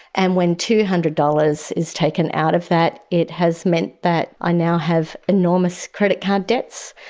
and when two hundred dollars is taken out of that, it has meant that i now have enormous credit card debts.